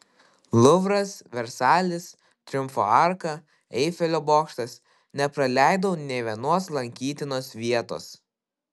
luvras versalis triumfo arka eifelio bokštas nepraleidau nė vienos lankytinos vietos